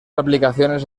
aplicaciones